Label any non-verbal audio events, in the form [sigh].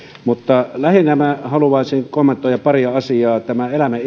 lähinnä minä haluaisin kommentoida paria asiaa tätä eläimen [unintelligible]